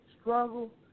struggle